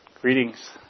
Greetings